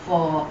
!wah!